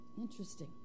Interesting